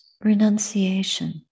renunciation